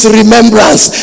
remembrance